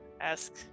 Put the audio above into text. ask